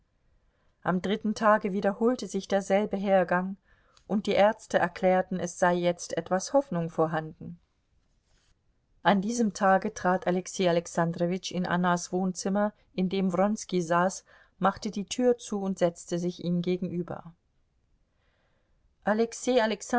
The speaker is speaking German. am dritten tage wiederholte sich derselbe hergang und die ärzte erklärten es sei jetzt etwas hoffnung vorhanden an diesem tage trat alexei alexandrowitsch in annas wohnzimmer in dem wronski saß machte die tür zu und setzte sich ihm gegenüber alexei